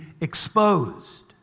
exposed